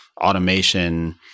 automation